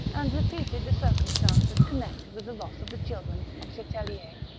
and repeated the circumstances connected with the loss of the children of chatellier,